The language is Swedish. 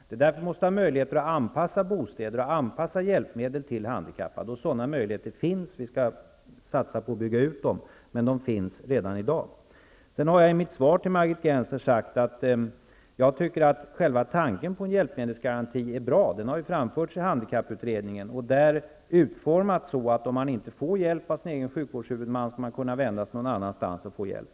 Det är därför vi måste ha möjligheter att anpassa bostäder och hjälpmedel till handikappade. Sådana möjligheter finns, och vi skall satsa på att bygga ut dem. Men de finns alltså redan i dag. I mitt svar till Margit Gennser har jag sagt att jag tycker att själva tanken på en hjälpmedelsgaranti är bra. Denna tanke har framförts i handikapputredningen och där utformats så, att om man inte får hjälp av sin egen sjukvårdshuvudman skall man kunna vända sig någon annanstans för att få hjälp.